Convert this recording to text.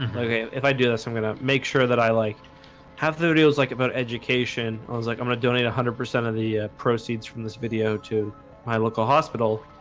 okay, if i do this i'm gonna make sure that i like have videos like about education i was like, i'm gonna donate a hundred percent of the proceeds from this video to my local hospital